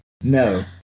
No